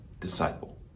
disciple